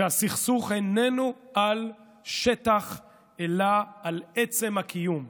מוכיח לנו שהסכסוך איננו על שטח אלא על עצם הקיום.